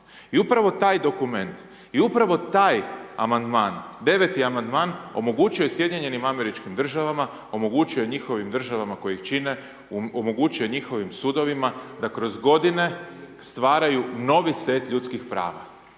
I upravo taj dokument i upravo taj amandman, deveti amandman omogućuje SAD-u omogućuje njihovim državama koji ih čine, omogućuje njihovim sudovima da kroz godine stvaraju novi set ljudskih prava